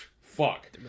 fuck